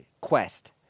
quest